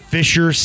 Fisher